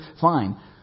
Fine